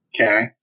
okay